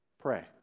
pray